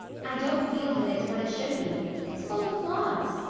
i don't feel that it's what it should be. it's full of flaws.